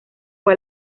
fue